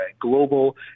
Global